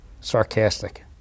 Sarcastic